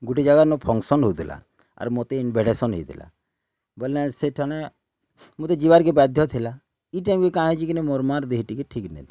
ଗୋଟେ ଜାଗାର୍ ନୁ ଫଙ୍କସନ୍ ହଉଥିଲା ଆର୍ ମୋତେ ଇନଭିଟେସନ୍ ହୋଇଥିଲା ବୋଇଲେ ସେଇଠାନେ ମୋତେ ଯିବାରକେ ବାଧ୍ୟ ଥିଲା ଏଇ ଟାଇମ୍ରେ କାଁ ହେଇଛି କି ନେଇଁ ମୋର୍ ମାଆର୍ ଦେହ ଟିକେ ଠିକ୍ ନେଇଁଥାଇ